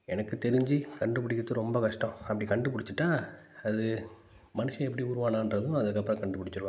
எனக்குத் தெரிஞ்சு கண்டுபிடிக்கிறது ரொம்ப கஷ்டம் அப்படி கண்டுபிடிச்சிட்டா அது மனுஷன் எப்படி உருவாகினான்றதும் அதுக்கு அப்புறம் கண்டுபிடிச்சிருவாங்க